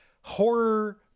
horror